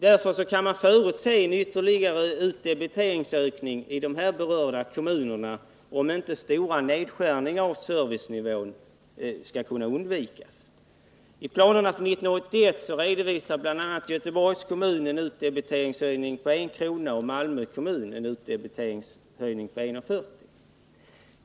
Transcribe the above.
Man kan därför förutse en ytterligare utdebiteringsökning i de här berörda kommunerna, om stora nedskärningar av servicenivån skall kunna undvikas. I planerna för 1981 redovisar Göteborgs kommun en utdebiteringshöjning med 1 kr. och Malmö en höjning med 1:40.